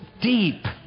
deep